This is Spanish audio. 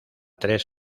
tres